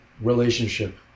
relationship